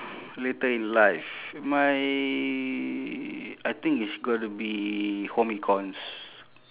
later in life my I think it's got to be home econs